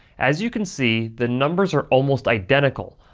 as you can see, the numbers are almost identical,